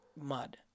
mud